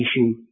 issue